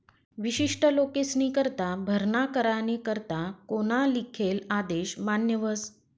विशिष्ट लोकेस्नीकरता भरणा करानी करता कोना लिखेल आदेश मान्य व्हस